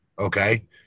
Okay